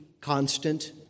constant